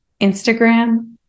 Instagram